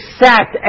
sat